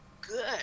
good